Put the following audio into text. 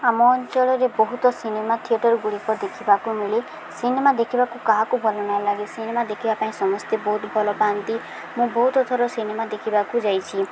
ଆମ ଅଞ୍ଚଳରେ ବହୁତ ସିନେମା ଥିଏଟରଗୁଡ଼ିକ ଦେଖିବାକୁ ମିଳେ ସିନେମା ଦେଖିବାକୁ କାହାକୁ ଭଲ ନ ଲାଗେ ସିନେମା ଦେଖିବା ପାଇଁ ସମସ୍ତେ ବହୁତ ଭଲ ପାଆନ୍ତି ମୁଁ ବହୁତ ଥର ସିନେମା ଦେଖିବାକୁ ଯାଇଛି